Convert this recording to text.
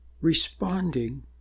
responding